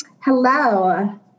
Hello